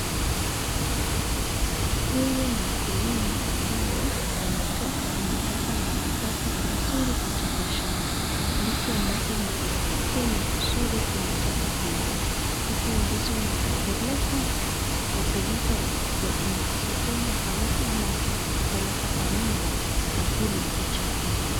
Huyu ni mkulima ambaye ametoka amekata ndizi zake vizuri kutoka Kwa shamba ndizi ambazo ni kusafi na kuzuri kataka kuifaa hizi ndizi unaesajukua ili ukause Kwa soko ama akaoeleke Kwa nyumba akakule.